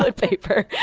ah paper.